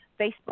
Facebook